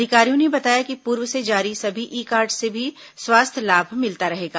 अधिकारियों ने बताया कि पूर्व से जारी सभी ई कार्ड से भी स्वास्थ्य लाभ मिलता रहेगा